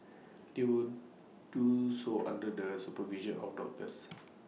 they will do so under the supervision of doctors